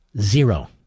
Zero